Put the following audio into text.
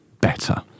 better